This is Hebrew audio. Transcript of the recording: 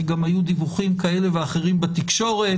גם היו דיווחים כאלה ואחרים בתקשורת